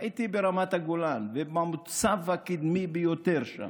הייתי ברמת הגולן, במוצב הקדמי ביותר שם,